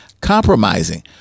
compromising